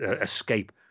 escape